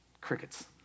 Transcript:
Crickets